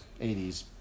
80s